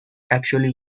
actually